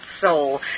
soul